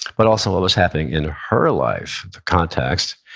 but also what was happening in her life, for context,